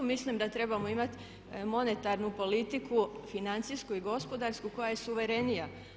Mislim da trebamo imati monetarnu politiku, financijsku i gospodarsku koja je suverenija.